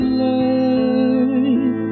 light